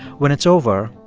when it's over,